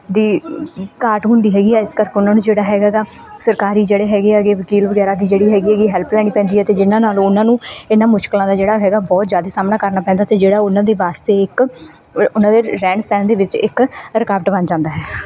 ਦੀ ਘਾਟ ਹੁੰਦੀ ਹੈਗੀ ਆ ਇਸ ਕਰਕੇ ਉਹਨਾਂ ਨੂੰ ਜਿਹੜਾ ਹੈਗਾ ਗਾ ਇਹਦਾ ਸਰਕਾਰੀ ਜਿਹੜੇ ਹੈਗੇ ਹੈਗੇ ਵਕੀਲ ਵਗੈਰਾ ਦੀ ਜਿਹੜੀ ਹੈਗੀ ਐਗੀ ਹੈਲਪ ਲੈਣੀ ਪੈਂਦੀ ਹੈ ਅਤੇ ਜਿਨ੍ਹਾਂ ਨਾਲ ਉਹਨਾਂ ਨੂੰ ਇਹਨਾਂ ਮੁਸ਼ਕਿਲਾਂ ਦਾ ਜਿਹੜਾ ਹੈਗਾ ਬਹੁਤ ਜ਼ਿਆਦਾ ਸਾਹਮਣਾ ਕਰਨਾ ਪੈਂਦਾ ਅਤੇ ਜਿਹੜਾ ਉਹਨਾਂ ਦੀ ਵਾਸਤੇ ਇੱਕ ਉਹਨਾਂ ਦੇ ਰਹਿਣ ਸਹਿਣ ਦੇ ਵਿੱਚ ਇੱਕ ਰੁਕਾਵਟ ਬਣ ਜਾਂਦਾ ਹੈ